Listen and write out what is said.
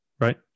Right